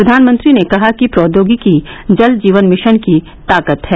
प्रधानमंत्री ने कहा कि प्रौद्योगिकी जल जीवन मिशन की ताकत है